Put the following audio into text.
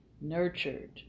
nurtured